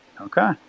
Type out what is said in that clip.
Okay